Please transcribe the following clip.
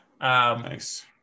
Nice